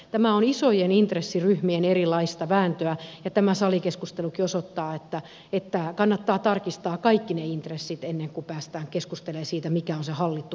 tämä on isojen intressiryhmien erilaista vääntöä ja tämä salikeskustelukin osoittaa että kannattaa tarkistaa kaikki ne intressit ennen kuin päästään keskustelemaan siitä mikä on se hallittu kokonaisuus